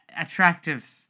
attractive